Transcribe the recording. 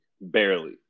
barely